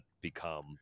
become